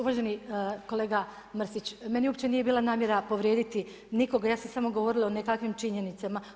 Uvaženi kolega Mrsić, meni uopće nije bila namjera povrijediti nikoga, ja sam samo govorila o nekakvim činjenicama.